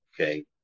Okay